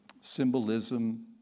symbolism